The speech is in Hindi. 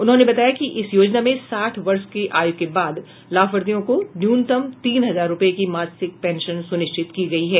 उन्होंने बताया कि इस योजना में साठ वर्ष की आयु के बाद लाभार्थियों को न्यूनतम तीन हजार रुपये की मासिक पेंशन सुनिश्चित की गयी है